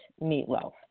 meatloaf